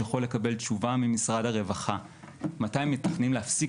אם אתה יכול לקבל תשובה ממשרד הרווחה מתי הם מתכננים להפסיק